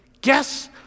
Guess